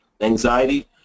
Anxiety